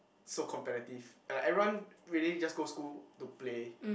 so comparative and like everyone really just go school to play